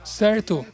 certo